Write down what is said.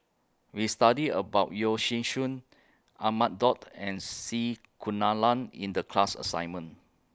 We studied about Yeo Shih Shun Ahmad Daud and C Kunalan in The class assignment